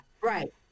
Right